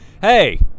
hey